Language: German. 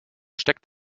steckt